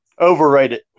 Overrated